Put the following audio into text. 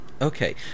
Okay